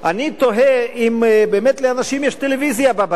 אני תוהה אם באמת לאנשים יש טלוויזיה בבית,